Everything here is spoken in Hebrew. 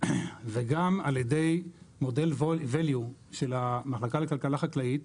וגם על ידי 'מודל וליו' של המחלקה לכלכלה חקלאית,